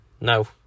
No